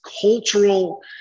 cultural